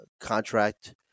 contract